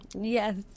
Yes